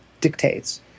dictates